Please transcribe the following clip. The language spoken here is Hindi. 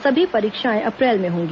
सभी परीक्षा अप्रैल में होगी